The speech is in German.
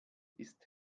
ist